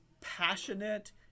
passionate